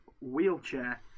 wheelchair